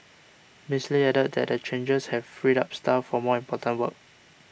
Miss Lee added that the changes have freed up staff for more important work